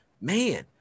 man